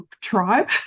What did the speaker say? tribe